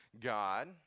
God